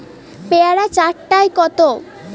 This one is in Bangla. পেয়ারা চার টায় কত?